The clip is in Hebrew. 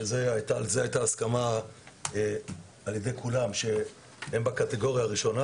ועל זה הייתה הסכמה על ידי כולם שהם בקטגוריה הראשונה.